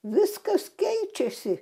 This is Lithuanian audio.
viskas keičiasi